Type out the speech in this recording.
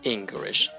English